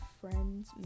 Friends